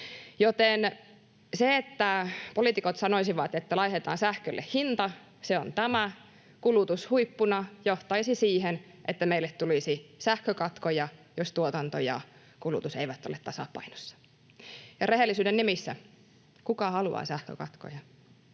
Joten se, että poliitikot sanoisivat, että ”laitetaan sähkölle hinta, se on tämä”, johtaisi kulutushuippuna siihen, että meille tulisi sähkökatkoja, jos tuotanto ja kulutus eivät ole tasapainossa. Rehellisyyden nimissä: kuka haluaa sähkökatkoja?